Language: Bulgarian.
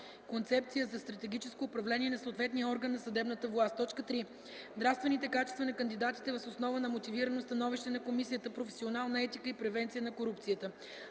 концепция за стратегическо управление на съответния орган на съдебната власт. 3. нравствените качества на кандидатите въз основа на мотивирано становище на Комисията „Професионална етика и превенция на корупцията.